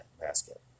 basket